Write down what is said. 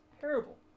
terrible